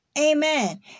Amen